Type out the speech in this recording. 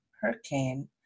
hurricane